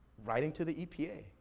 writing to the epa.